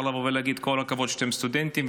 לבוא ולהגיד: כל הכבוד שאתם סטודנטים,